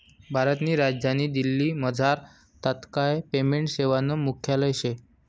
भारतनी राजधानी दिल्लीमझार तात्काय पेमेंट सेवानं मुख्यालय शे